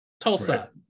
Tulsa